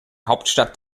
hauptstadt